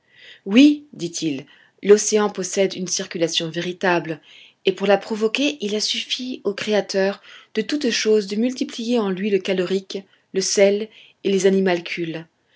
oui dit-il l'océan possède une circulation véritable et pour la provoquer il a suffi au créateur de toutes choses de multiplier en lui le calorique le sel et les animalcules